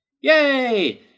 Yay